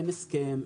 אין הסכם,